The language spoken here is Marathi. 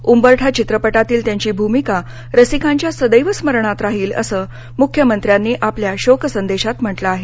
उंबरठा चित्रपटातील त्यांची भूमिका रसिकांच्या सदैव स्मरणात राहिल असं मुख्यमंत्र्यांनी आपल्या शोकसंदेशात म्हटलं आहे